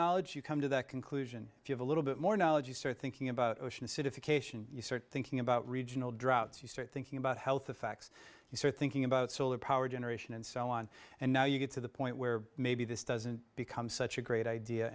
knowledge you come to that conclusion if you have a little bit more knowledge you start thinking about ocean acidification you start thinking about regional droughts you start thinking about health the facts you so thinking about solar power generation and so on and now you get to the point where maybe this doesn't become such a great idea